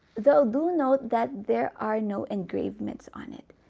though do note that there are no engravements on it